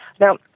Now